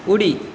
उडी